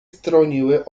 stroniły